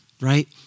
right